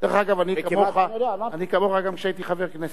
דרך אגב, אני כמוך גם כשהייתי חבר כנסת.